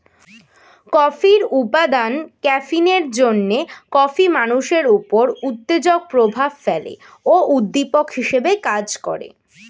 কফির উপাদান ক্যাফিনের জন্যে কফি মানুষের উপর উত্তেজক প্রভাব ফেলে ও উদ্দীপক হিসেবে কাজ করে